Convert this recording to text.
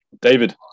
David